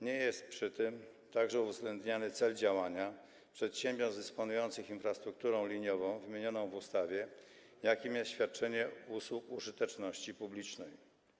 Nie jest przy tym także uwzględniany cel działania przedsiębiorstw dysponujących infrastrukturą liniową wymienioną w ustawie, jakim jest świadczenie usług użyteczności publicznej.